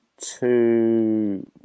two